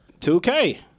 2K